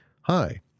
Hi